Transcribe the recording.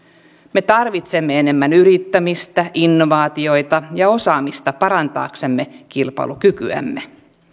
me tarvitsemme enemmän yrittämistä innovaatioita ja osaamista parantaaksemme kilpailukykyämme